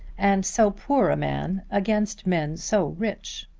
and so poor a man against men so rich!